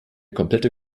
komplette